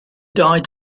died